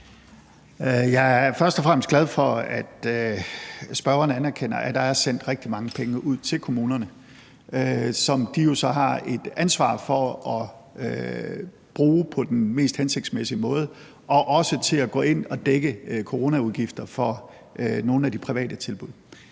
Jeg er først og fremmest glad for, at spørgeren anerkender, at der er sendt rigtig mange penge ud til kommunerne, og som de jo så har et ansvar for at bruge på den mest hensigtsmæssige måde og også til at gå ind at dække coronaudgifter for nogle af de private tilbud.